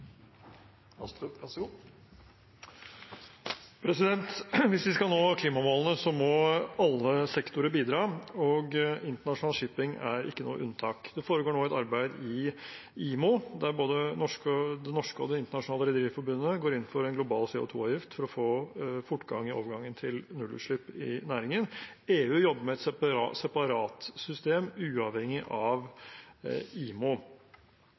ikke noe unntak. Det foregår nå et arbeid i IMO, der både det norske og det internasjonale rederiforbundet går inn for en global CO 2 -avgift for å få fortgang i overgangen til nullutslipp i næringen. EU jobber med et separat system, uavhengig av IMO.